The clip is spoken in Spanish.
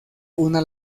una